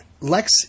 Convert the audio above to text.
Lex